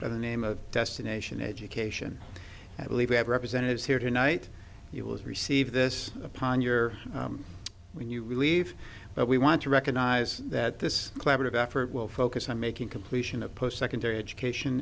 the name of destination education i believe we have representatives here tonight you will receive this upon your when you leave but we want to recognize that this collaborative effort will focus on making completion of post secondary education